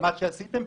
מה עשיתם?